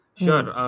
sure